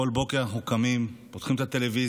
כל בוקר אנחנו קמים, פותחים את הטלוויזיה,